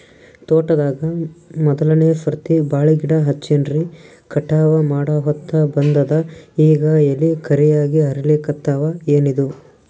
ತೋಟದಾಗ ಮೋದಲನೆ ಸರ್ತಿ ಬಾಳಿ ಗಿಡ ಹಚ್ಚಿನ್ರಿ, ಕಟಾವ ಮಾಡಹೊತ್ತ ಬಂದದ ಈಗ ಎಲಿ ಕರಿಯಾಗಿ ಹರಿಲಿಕತ್ತಾವ, ಏನಿದು?